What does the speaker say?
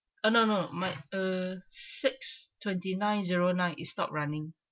ah no no my uh six twenty nine zero nine is not running